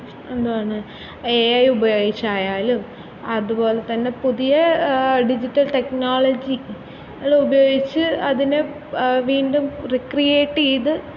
എന്താണ് A I ഉപയോഗിച്ചായാലും അതുപോലെതന്നെ പുതിയ ഡിജിറ്റൽ ടെക്നോളജികൾ ഉപയോഗിച്ച് അതിനെ വീണ്ടും റിക്രിയേറ്റ് ചെയ്ത്